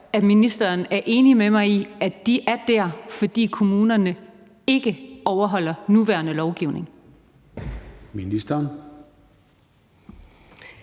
at ministeren er enig med mig i, at de er der, fordi kommunerne ikke overholder den nuværende lovgivning.